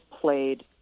played